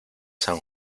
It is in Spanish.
san